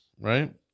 right